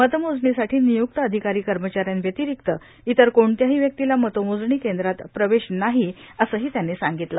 मतमोजणीसाठो र्णनयुक्त अधिकारां कमचाऱ्यांवर्यातारक्त इतर कोणत्याहां व्यक्तीला मतमोजणी कद्रात प्रवेश नाहो असंहो त्यांनी सांगतलं